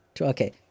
okay